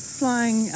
flying